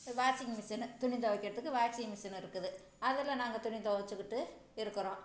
washing machine துணி துவைக்கிறதுக்கு washing machine இருக்குது அதில் நாங்கள் துணி துவச்சிக்கிட்டு இருக்கிறோம்